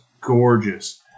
gorgeous